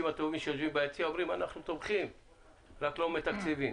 הטובים שיושבים ביציע ואומרים שהם תומכים אבל לא מתקצבים.